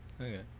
Okay